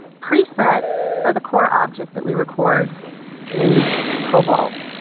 presets, are the core object that we record in cobalt.